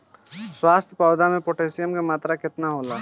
स्वस्थ पौधा मे पोटासियम कि मात्रा कितना होला?